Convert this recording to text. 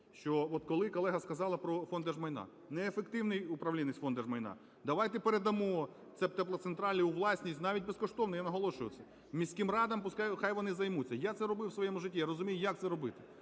коли колега сказала про Фонд держмайна: неефективний управлінець Фонд держмайна. Давайте передамо теплоцентралі у власність, навіть безкоштовно, я наголошую це, міським радам, хай вони займуться. Я це робив в своєму житті, я розумію, як це робити.